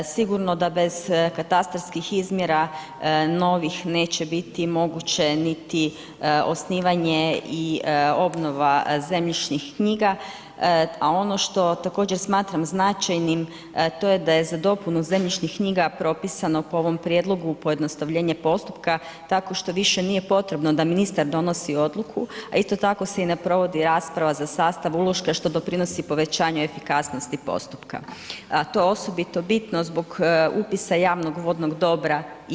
Sigurno da bez katastarskih izmjera novih neće biti moguće niti osnivanje i obnova zemljišnih knjiga, a ono što također smatram značajnim to je da je za dopunu zemljišnih knjiga propisano po ovom prijedlogu pojednostavljenje postupka tako što više nije potrebno da ministar donosi odluku, a isto tako se i ne provodi rasprava za sastav uloška što doprinosi povećanju efikasnosti postupka, a to je osobito bitno zbog upisa javnog vodnog dobra i mora.